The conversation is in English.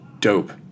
dope